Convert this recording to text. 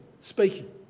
speaking